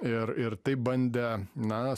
ir ir taip bandė na